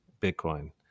Bitcoin